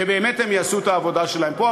שהם יעשו את העבודה שלהם פה,